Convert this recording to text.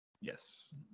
yes